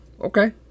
Okay